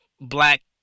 black